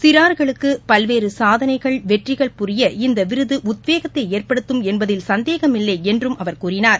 சிறார்களுக்கு பல்வேறு சாதனைகள் வெற்றிகள் புரிய இந்த விருது உத்வேகத்தை ஏற்படுத்தும் என்பதில் சந்தேகமில்லை என்று அவர் கூறினார்